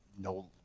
no